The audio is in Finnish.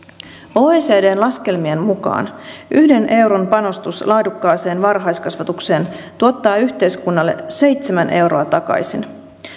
oecdn laskelmien mukaan yhden euron panostus laadukkaaseen varhaiskasvatukseen tuottaa yhteiskunnalle seitsemän euroa takaisin